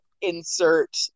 insert